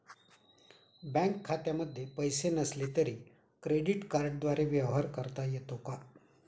Bank खात्यामध्ये पैसे नसले तरी क्रेडिट कार्डद्वारे व्यवहार करता येतो का?